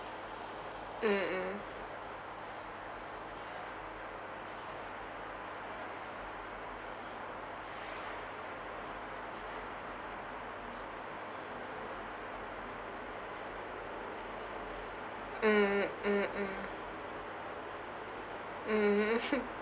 mm mm mm mm mm